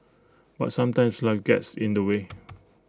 but sometimes life gets in the way